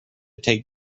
take